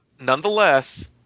nonetheless